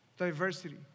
diversity